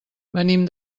venim